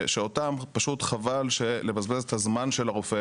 שעליהם חבל לבזבז את הזמן של הרופא